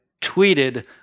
tweeted